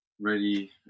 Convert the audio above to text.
ready